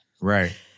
Right